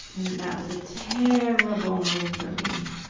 and that was a terrible move for me.